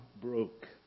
broke